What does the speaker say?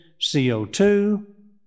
CO2